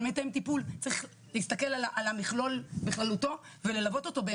אבל מתאם טיפול צריך להסתכל על המכלול בכללותו וללוות אותו,